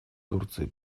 турции